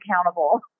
accountable